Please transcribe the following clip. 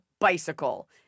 bicycle